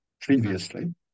previously